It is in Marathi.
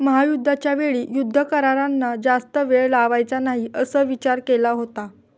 महायुद्धाच्या वेळी युद्ध करारांना जास्त वेळ लावायचा नाही असा विचार केला होता